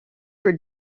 for